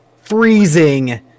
freezing